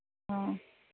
हाँ